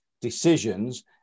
decisions